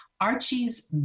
Archie's